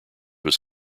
was